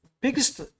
Biggest